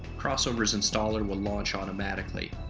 crossover's installer will launch automatically.